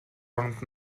оронд